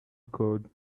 code